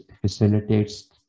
facilitates